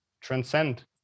transcend